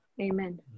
Amen